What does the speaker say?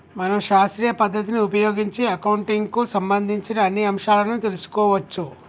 మనం శాస్త్రీయ పద్ధతిని ఉపయోగించి అకౌంటింగ్ కు సంబంధించిన అన్ని అంశాలను తెలుసుకోవచ్చు